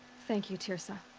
thank you, teersa.